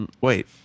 Wait